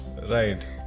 Right